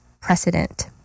precedent